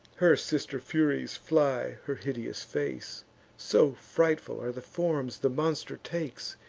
her sister furies fly her hideous face so frightful are the forms the monster takes,